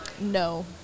No